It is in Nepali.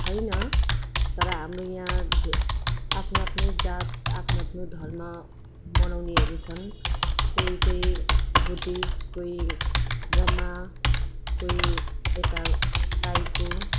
छैन तर हाम्रो यहाँ धे आफ्नो आफ्नो जात आफ्नो आफ्नो धर्म मनाउनेहरू छन् कोही कोही बुद्धिस्ट कोही ब्रह्मा कोही यता साईको